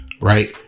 right